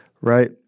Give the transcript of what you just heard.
right